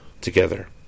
together